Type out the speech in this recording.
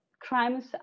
crimes